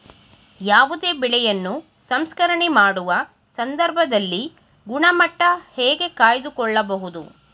ಯಾವುದೇ ಬೆಳೆಯನ್ನು ಸಂಸ್ಕರಣೆ ಮಾಡುವ ಸಂದರ್ಭದಲ್ಲಿ ಗುಣಮಟ್ಟ ಹೇಗೆ ಕಾಯ್ದು ಕೊಳ್ಳಬಹುದು?